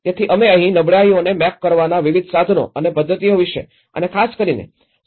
તેથી અમે અહીં નબળાઈઓને મેપ કરવાના વિવિધ સાધનો અને પદ્ધતિઓ વિશે અને ખાસ કરીને સાંસ્કૃતિક સંદર્ભમાં ચર્ચા કરી છે